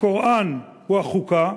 הקוראן הוא החוקה,